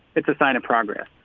it's a sign of progress